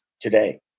today